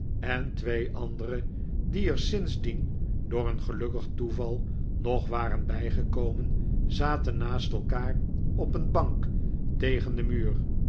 en twee andere die er sindsdien door een gelukkig toeval nog waren bijgekomen zaten naast elkaar op een bank tegen den muur